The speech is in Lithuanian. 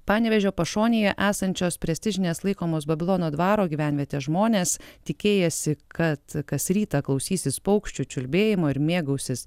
panevėžio pašonėje esančios prestižinės laikomos babilono dvaro gyvenvietės žmonės tikėjęsi kad kas rytą klausysis paukščių čiulbėjimo ir mėgausis